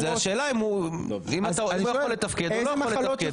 השאלה אם הוא יכול לתפקד או לא יכול לתפקד.